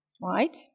right